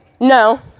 No